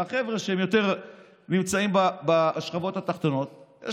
והחבר'ה שנמצאים בשכבות התחתונות יותר,